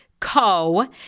Co